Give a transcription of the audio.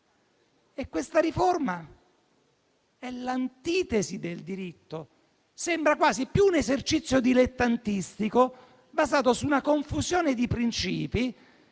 Questa riforma è l'antitesi del diritto. Sembra quasi più un esercizio dilettantistico basato su una confusione di princìpi